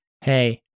hey